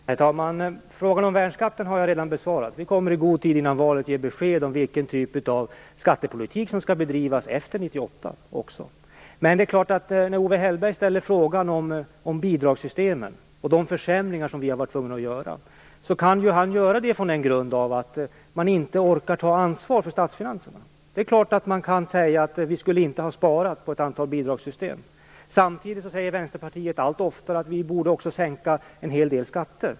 Herr talman! Frågan om värnskatten har jag redan besvarat. Vi kommer i god tid före valet ge besked om vilken typ av skattepolitik som skall bedrivas efter Owe Hellberg ställer frågor om bidragssystemen och de försämringar som vi har varit tvungna att göra. Det kan han göra mot bakgrund av att han inte orkar ta ansvar för statsfinanserna. Det är klart att man kan säga att vi inte skulle ha sparat på ett antal bidragssystem. Samtidigt säger Vänsterpartiet allt oftare att vi också borde sänka en del skatter.